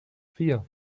vier